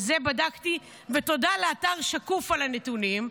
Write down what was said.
ואת זה בדקתי, ותודה לאתר "שקוף" על הנתונים,